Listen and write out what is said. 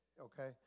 okay